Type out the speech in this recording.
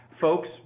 folks